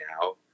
now